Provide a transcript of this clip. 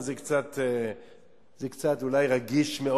אז זה קצת רגיש מאוד.